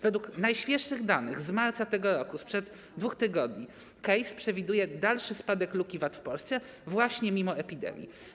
Według najświeższych danych z marca tego roku, sprzed 2 tygodni, CASE przewiduje dalszy spadek luki VAT w Polsce właśnie mimo epidemii.